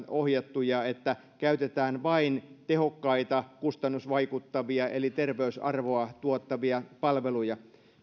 ohjattuja että käytetään vain tehokkaita kustannusvaikuttavia eli terveysarvoa tuottavia palveluja